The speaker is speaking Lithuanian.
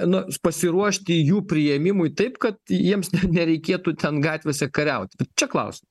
nu pasiruošti jų priėmimui taip kad jiems nereikėtų ten gatvėse kariauti čia klaus